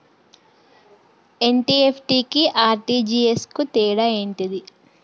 NEFT కి RTGS కు తేడా ఏంటిది?